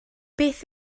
beth